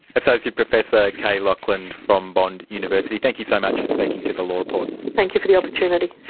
associate professor kay lauchland from bond university, thank you so much for speaking to the law report. thank you for the opportunity.